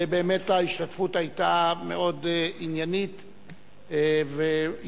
ובאמת ההשתתפות היתה מאוד עניינית ויעילה.